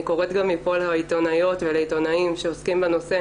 קוראת גם מפה לעיתונאיות ולעיתונאים שעוסקים בנושא,